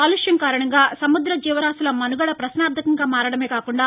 కాలుష్యం కారణంగా సముద్ర జీవరాశుల మనుగడ ప్రశ్నార్టకంగా మారడమే కాకుండా